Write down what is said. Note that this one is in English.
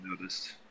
noticed